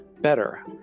better